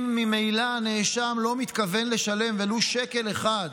אם ממילא הנאשם לא מתכוון לשלם ולו שקל אחד,